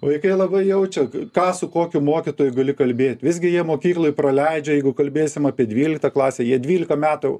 vaikai labai jaučia ką su kokiu mokytoju gali kalbėt visgi jie mokykloj praleidžia jeigu kalbėsim apie dvyliktą klasę jie dvylika metų